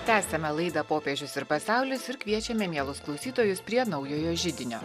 tęsiame laidą popiežius ir pasaulis ir kviečiame mielus klausytojus prie naujojo židinio